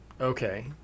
Okay